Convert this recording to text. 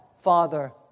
father